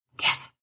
Yes